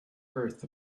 earth